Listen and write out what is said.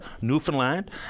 Newfoundland